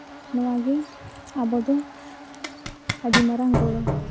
ᱱᱚᱣᱟ ᱜᱮ ᱟᱵᱚ ᱫᱚ ᱟᱹᱰᱤ ᱢᱟᱨᱟᱝ ᱜᱚᱲᱚ